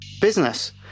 business